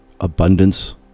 abundance